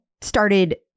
started